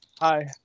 Hi